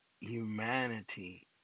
humanity